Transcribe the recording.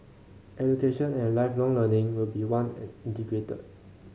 education and Lifelong Learning will be one and integrated